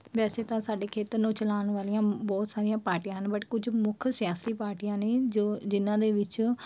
ਵੈਸੇ ਤਾਂ ਸਾਡੇ ਖੇਤਰ ਨੂੰ ਚਲਾਉਣ ਵਾਲੀਆਂ ਬਹੁਤ ਸਾਰੀਆਂ ਪਾਰਟੀਆਂ ਹਨ ਬਟ ਕੁਝ ਮੁੱਖ ਸਿਆਸੀ ਪਾਰਟੀਆਂ ਨੇ ਜੋ ਜਿਨ੍ਹਾਂ ਦੇ ਵਿੱਚ